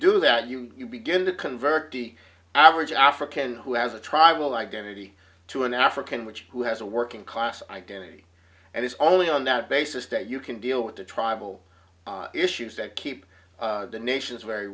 do that you begin to convert the average african who has a tribal identity to an african witch who has a working class identity and it's only on that basis that you can deal with the tribal issues that keep the nations very